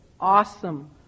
awesome